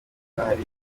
ahari